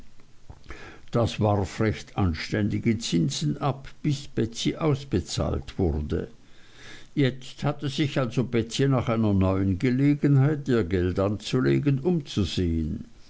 das warf recht anständige zinsen ab bis betsey ausbezahlt wurde jetzt hatte sich also betsey nach einer neuen gelegenheit ihr geld anzulegen umzusehen